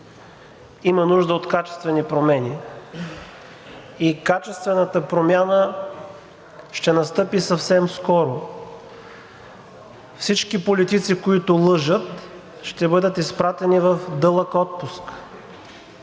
има нужда от качествени промени и качествената промяна ще настъпи съвсем скоро. Всички политици, които лъжат, ще бъдат изпратени в дълъг отпуск